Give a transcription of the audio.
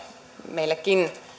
meillekin